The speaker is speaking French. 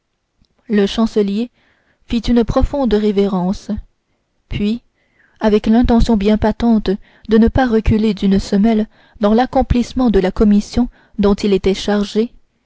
le chancelier fit une profonde révérence puis avec l'intention bien patente de ne pas reculer d'une semelle dans l'accomplissement de la commission dont il s'était chargé